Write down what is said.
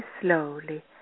slowly